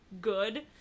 good